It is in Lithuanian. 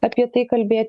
apie tai kalbėti